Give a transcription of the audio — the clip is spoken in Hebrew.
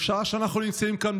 בשעה שאנחנו נמצאים כאן,